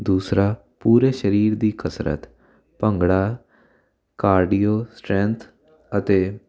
ਦੂਸਰਾ ਪੂਰੇ ਸਰੀਰ ਦੀ ਕਸਰਤ ਭੰਗੜਾ ਕਾਰਡੀਓ ਸਟਰੈਂਥ ਅਤੇ